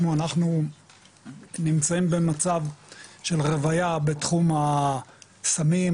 אנחנו נמצאים במצב של רוויה בתחום הסמים,